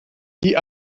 die